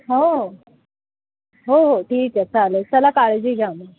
हो हो हो हो ठीक आहे चालेल चला काळजी घ्या मग